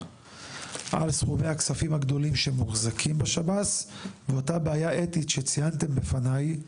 על סכומי הכספים הגדולים שמוחזקים בשב"ס ואותה בעיה אתית שציינתם בפניי,